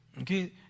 Okay